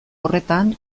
horretan